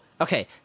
okay